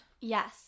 yes